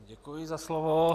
Děkuji za slovo.